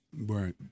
Right